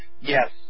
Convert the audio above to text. Yes